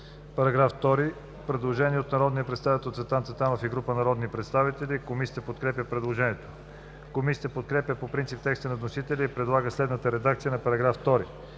параграф 2 има предложение от народния представител Цветан Цветанов и група народни представители. Комисията подкрепя предложението. Комисията подкрепя по принцип текста на вносителя и предлага следната редакция на § 2: „§ 2.